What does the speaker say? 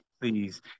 please